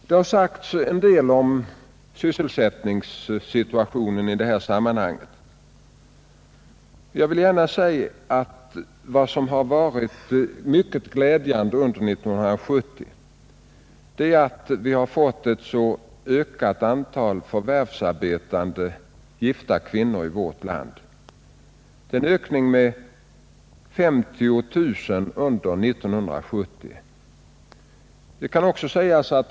Det har också sagts en del om sysselsättningssituationen i detta sammanhang. Vad som har varit mycket glädjande är att antalet förvärvsarbetande gifta kvinnor under år 1970 har ökat med 50 000.